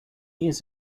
years